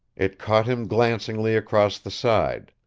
it caught him glancingly across the side.